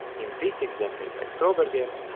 in this example by froberger,